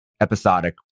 episodic